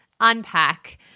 unpack